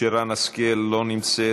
שרן השכל לא נמצאת,